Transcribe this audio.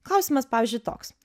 klausimas pavyzdžiui toks